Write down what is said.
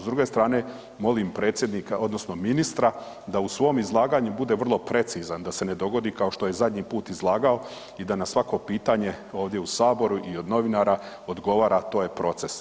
S druge strane, molim predsjednika odnosno ministra da u svom izlaganju bude vrlo precizan, da se ne dogodi, kao što je i zadnji put izlagao i da na svako pitanje ovdje u Saboru i od novinara odgovara, to je proces.